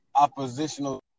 oppositional